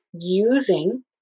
using